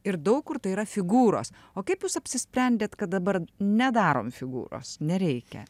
ir daug kur tai yra figūros o kaip jūs apsisprendėt kad dabar nedarom figūros nereikia